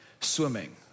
Swimming